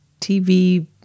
TV